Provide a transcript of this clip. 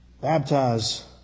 baptize